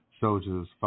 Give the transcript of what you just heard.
soldiers